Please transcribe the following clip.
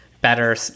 better